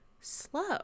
slow